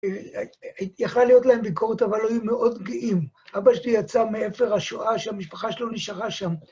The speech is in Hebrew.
יכלה להיות להם ביקורת, אבל היו מאוד גאים. אבא שלי יצא מאפר השואה, שהמשפחה שלו נשארה שם.